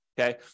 okay